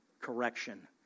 correction